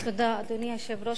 אדוני היושב-ראש, תודה, חברי הכנסת,